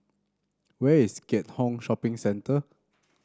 where is Keat Hong Shopping Centre